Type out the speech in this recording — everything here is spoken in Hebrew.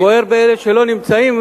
וגוערים דווקא באלה שלא נוכחים,